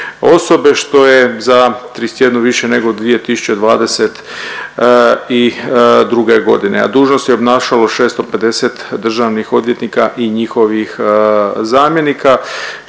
što je za 31 više nego 2022.g., a dužnost je obnašalo 650 državnih odvjetnika i njihovih zamjenika,